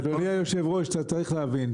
אדוני יושב הראש אתה צריך להבין,